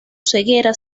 ceguera